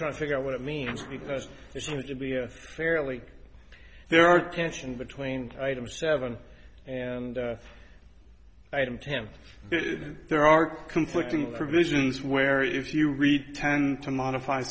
trying to figure out what it means because they seem to be fairly there are tension between items seven item to have there are conflicting provisions where if you read tend to modify